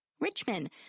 Richmond